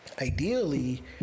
Ideally